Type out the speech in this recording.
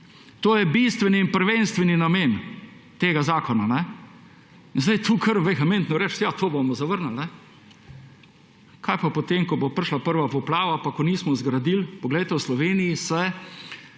To je bistveni in prvenstveni namen tega zakona. In zdaj tukaj kar vehementno reči, češ, to bomo zavrnili. Kaj pa potem, ko bom prišla prva poplava, pa ko nismo zgradili? V Sloveniji se